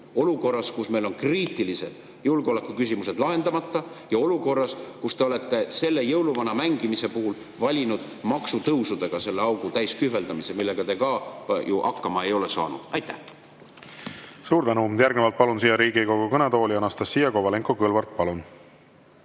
olukorras, kus meil on kriitilised julgeolekuküsimused lahendamata, ja olukorras, kus te olete jõuluvana mängimise puhul valinud maksutõusudega selle augu täis kühveldamise, millega te ka ju hakkama ei ole saanud. Suur